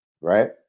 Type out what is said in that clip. right